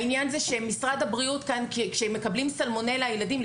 העניין זה שמשרד הבריאות כשהם מקבלים סלמונלה בילדים,